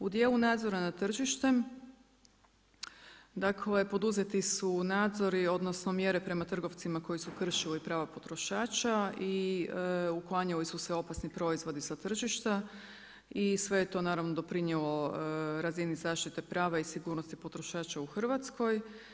U dijelu nadzora nad tržištem, dakle poduzeti su nadzori odnosno mjere prema trgovcima koji su kršili prava potrošača i uklanjali su se opasni proizvodi sa tržišta, i sve je to naravno, doprinijelo razini zaštite prava i sigurnosti potrošača u Hrvatskoj.